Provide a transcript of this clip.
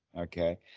Okay